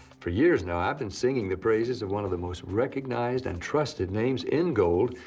for years now, ive been singing the praises of one of the most recognized and trusted names in gold,